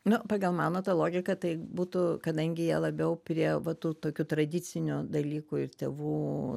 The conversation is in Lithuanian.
nu pagal mano tą logiką tai būtų kadangi jie labiau prie va tų tokių tradicinių dalykų ir tėvų